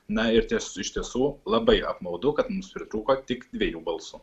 na ir ties iš tiesų labai apmaudu kad mums pritrūko tik dviejų balsų